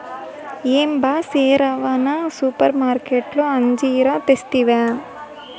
ఏం బా సెరవన సూపర్మార్కట్లో అంజీరా తెస్తివా